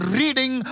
reading